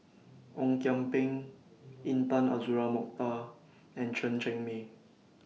Ong Kian Peng Intan Azura Mokhtar and Chen Cheng Mei